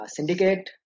Syndicate